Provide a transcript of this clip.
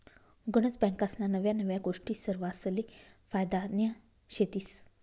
गनज बँकास्ना नव्या नव्या गोष्टी सरवासले फायद्यान्या शेतीस